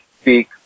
speak